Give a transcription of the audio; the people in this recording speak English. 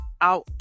out